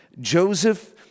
Joseph